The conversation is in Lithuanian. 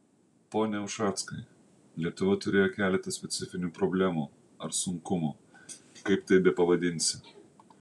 pone ušackai lietuva turėjo keletą specifinių problemų ar sunkumų kaip tai bepavadinsi